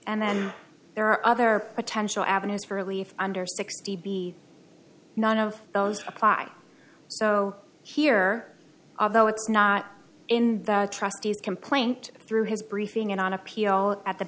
and then there are other potential avenues for relief under sixty be none of those apply so here although it's not in the trustees complaint through his briefing and on appeal at the